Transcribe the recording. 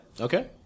Okay